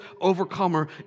overcomer